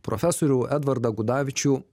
profesorių edvardą gudavičių